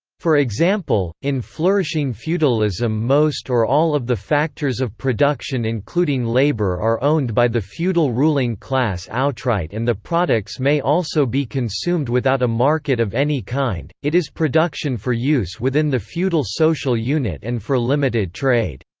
for example, in flourishing feudalism most or all of the factors of production including labour are owned by the feudal ruling class outright and the products may also be consumed without a market of any kind, it is production for use within the feudal social unit and for limited trade.